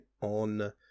on